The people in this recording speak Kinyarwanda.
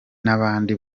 nabandi